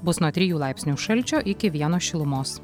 bus nuo trijų laipsnių šalčio iki vieno šilumos